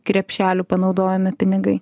krepšelių panaudojami pinigai